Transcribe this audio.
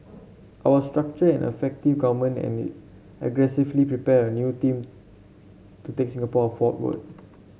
I was structure an effective government and aggressively prepare a new team to take Singapore ford ward